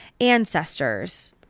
ancestors